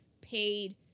paid